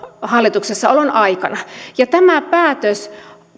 hallituksessaolonsa aikana ja tämä päätös